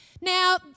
Now